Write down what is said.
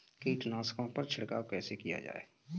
कीटनाशकों पर छिड़काव कैसे किया जाए?